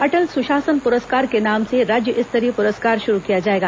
अटल सुशासन पुरस्कार के नाम से राज्य स्तरीय पुरस्कार शुरू किया जाएगा